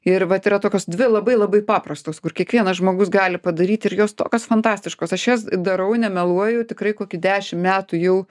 ir vat yra tokios dvi labai labai paprastos kur kiekvienas žmogus gali padaryti ir jos tokios fantastiškos aš jas darau nemeluoju tikrai kokį dešim metų jau